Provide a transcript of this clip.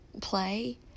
play